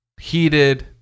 heated